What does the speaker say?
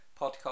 podcast